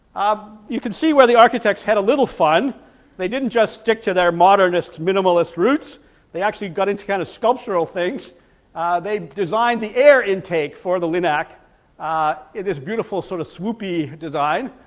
ah you can see where the architects had a little fun they didn't just stick to their modernist minimalist roots they actually got into kind of sculptural things they designed the air intake for the linac in this beautiful sort of swoopy design,